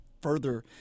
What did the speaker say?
further